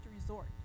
resort